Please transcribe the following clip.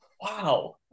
Wow